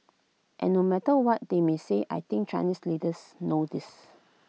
and no matter what they may say I think Chinese leaders know this